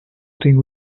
think